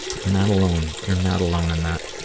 you're not alone. you're not alone in that.